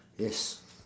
yes